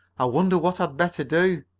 i wonder what i'd better do?